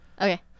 Okay